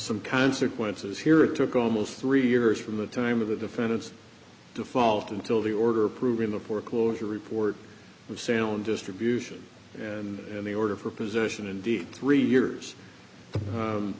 some consequences here it took almost three years from the time of the defendant's default until the order approving the foreclosure report of sound distribution and in the order for position indeed three years